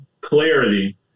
Clarity